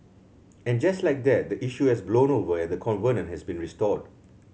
and just like that the issue has blown over and the covenant has been restored